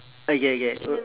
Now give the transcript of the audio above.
okay okay o~